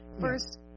first